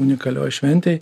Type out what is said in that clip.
unikalioj šventėj